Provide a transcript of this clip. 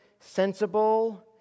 sensible